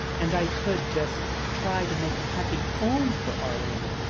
and i could just try to make a happy home for r m,